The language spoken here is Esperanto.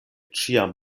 ĉiam